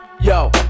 Yo